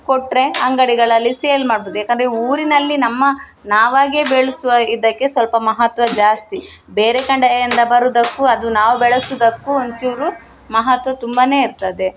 ಕೊಟ್ಟರೆ ಅಂಗಡಿಗಳಲ್ಲಿ ಸೇಲ್ ಮಾಡ್ಬೋದು ಯಾಕಂದರೆ ಊರಿನಲ್ಲಿ ನಮ್ಮ ನಾವಾಗಿಯೇ ಬೆಳೆಸುವ ಇದಕ್ಕೆ ಸ್ವಲ್ಪ ಮಹತ್ವ ಜಾಸ್ತಿ ಬೇರೆ ಕಡೆಯಿಂದ ಬರುವುದಕ್ಕೂ ಅದು ನಾವು ಬೆಳೆಸುವುದಕ್ಕೂ ಒಂಚೂರು ಮಹತ್ವ ತುಂಬಾ ಇರ್ತದೆ